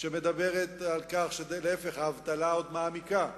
שמדברת על כך שלהיפך, האבטלה עוד מעמיקה.